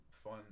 fun